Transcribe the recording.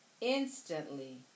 Instantly